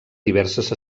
diverses